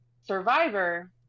Survivor